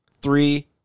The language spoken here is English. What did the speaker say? Three